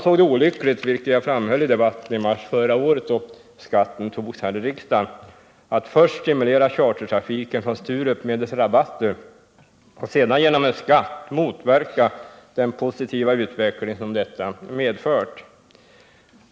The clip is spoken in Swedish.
Som jag framhöll i debatten i mars förra året, då beslutet om skatten fattades i riksdagen, ansåg jag det olyckligt att först stimulera chartertrafiken från Sturup medelst rabatter och sedan genom införandet av en skatt motverka den positiva utveckling som stimulansen medfört.